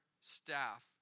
staff